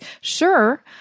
Sure